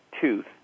tooth